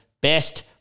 best